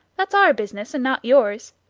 that's our business and not yours.